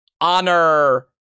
honor